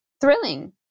thrilling